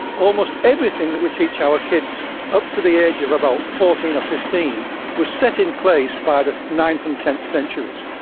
almost everything that we teach our kids up to the age of about fourteen or fifteen was set in place by the ninth and tenth centuries.